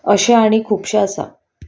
अशें आनी खुबशे आसा